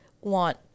want